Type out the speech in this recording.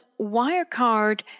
Wirecard